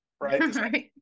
right